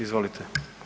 Izvolite.